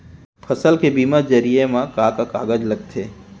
फसल के बीमा जरिए मा का का कागज लगथे?